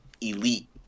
elite